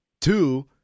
Two